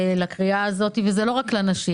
זה לא רק נשים,